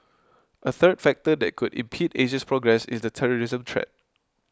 a third factor that could impede Asia's progress is the terrorism threat